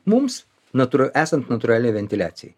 mums natūra esant natūraliai ventiliacijai